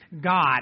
God